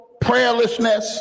prayerlessness